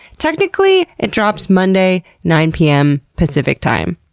technically, it drops monday, nine pm pacific time,